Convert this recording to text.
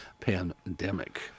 pandemic